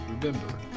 Remember